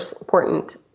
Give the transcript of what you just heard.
important